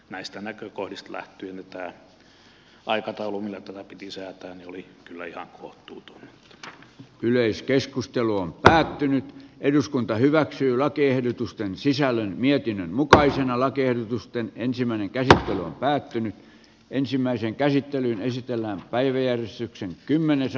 näistä näkökohdista lähtien tämä aikataulu millä tämä piti säätää oli kyllä ihan unohtunut yleiskeskustelu on päättynyt eduskunta hyväksyy lakiehdotusten sisällön mietinnön mukaisena lakiehdotusten ensimmäinen kerta kun on päätynyt ensimmäisen käsittelyn esitellä päivien syksyn kohtuuton